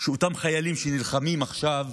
שאותם חיילים שנלחמים עכשיו,